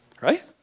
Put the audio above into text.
Right